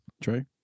Trey